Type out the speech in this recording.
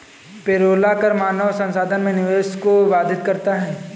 payroll कर मानव संसाधन में निवेश को बाधित करता है